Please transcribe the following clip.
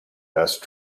best